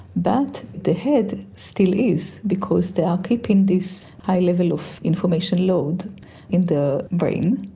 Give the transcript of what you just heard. but the head still is because they are keeping this high level of information load in the brain,